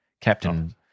Captain